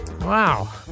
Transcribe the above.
Wow